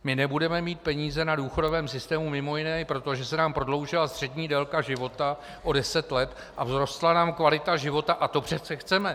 My nebudeme mít peníze na důchodovém systému mimo jiné i proto, že se nám prodloužila střední délka života o deset let a vzrostla nám kvalita života, a to přece chceme.